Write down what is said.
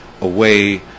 away